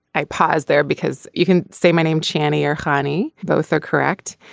i pause there because you can say my name charney or honey. both are correct.